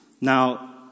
Now